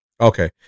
okay